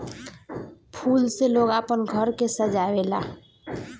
फूल से लोग आपन घर के सजावे ला